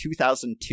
2002